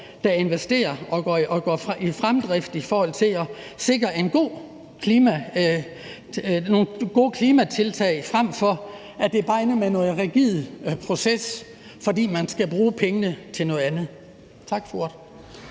der investerer og skaber fremdrift i at sikre nogle gode klimatiltag, frem for at det bare ender med en rigid fokus på proces, fordi man skal bruge pengene til noget andet. Tak for ordet.